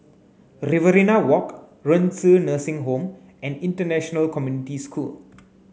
Riverina Walk Renci Nursing Home and International Community School